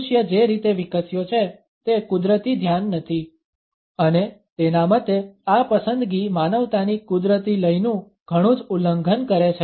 મનુષ્ય જે રીતે વિકસ્યો છે તે કુદરતી ધ્યાન નથી અને તેના મતે આ પસંદગી માનવતાની કુદરતી લયનું ઘણુંજ ઉલ્લંઘન કરે છે